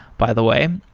by the way,